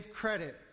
credit